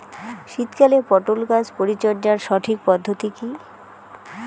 শীতকালে পটল গাছ পরিচর্যার সঠিক পদ্ধতি কী?